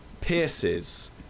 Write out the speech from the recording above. pierces